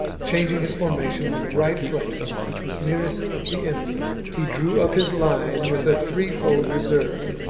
changing his forma tion on the right flank, which was nearest the enemy, he drew up his line with a threefold reserve,